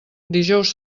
dijous